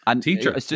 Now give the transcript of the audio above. teacher